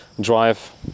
drive